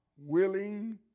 willing